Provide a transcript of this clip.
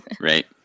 Right